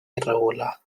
irregular